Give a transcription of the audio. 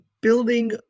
building